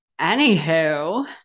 Anywho